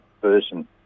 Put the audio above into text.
person